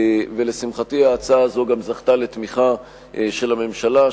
לשמחתי ההצעה הזו גם זכתה לתמיכה של הממשלה,